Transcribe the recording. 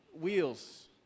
wheels